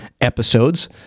episodes